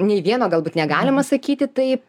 nei vieno galbūt negalima sakyti taip